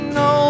no